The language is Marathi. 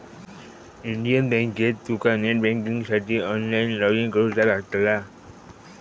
इंडियन बँकेत तुका नेट बँकिंगसाठी ऑनलाईन लॉगइन करुचा लागतला